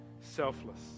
selfless